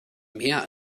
mehr